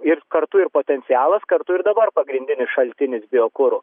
ir kartu ir potencialas kartu ir dabar pagrindinis šaltinis biokuro